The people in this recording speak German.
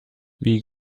wie